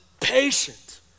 patient